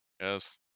Yes